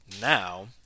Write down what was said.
Now